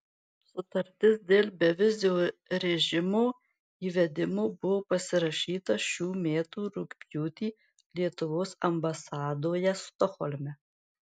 sutartis dėl bevizio režimo įvedimo buvo pasirašyta šių metų rugpjūtį lietuvos ambasadoje stokholme